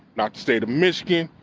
not the state of michigan,